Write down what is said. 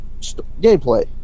gameplay